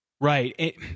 Right